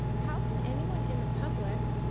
how can anyone in the public,